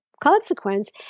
consequence